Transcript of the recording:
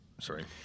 Sorry